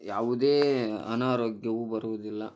ಯಾವುದೇ ಅನಾರೋಗ್ಯವು ಬರುವುದಿಲ್ಲ